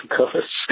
colors